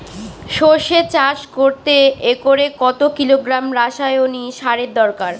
সরষে চাষ করতে একরে কত কিলোগ্রাম রাসায়নি সারের দরকার?